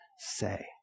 say